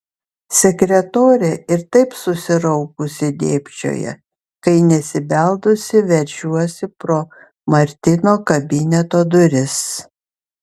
sekretorė ir taip susiraukusi dėbčioja kai nesibeldusi veržiuosi pro martino kabineto duris